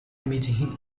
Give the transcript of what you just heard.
emitting